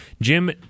Jim